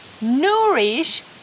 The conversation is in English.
nourish